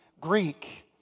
Greek